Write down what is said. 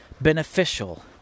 beneficial